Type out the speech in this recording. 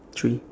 three